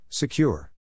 Secure